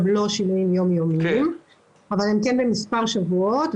הם לא שינויים יום-יומיים אבל הם כן במספר שבועות.